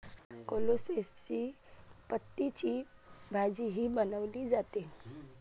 कोलोसेसी पतींची भाजीही बनवली जाते